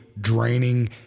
draining